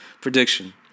prediction